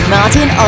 Martin